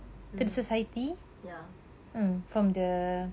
mmhmm ya